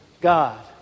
God